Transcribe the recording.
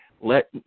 let –